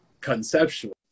conceptual